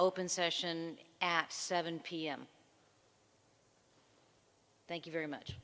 open session at seven pm thank you very much